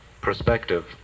perspective